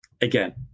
again